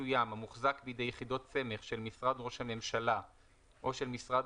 מסוים המוחזק בידי יחידות סמך של משרד ראש הממשלה או של משרד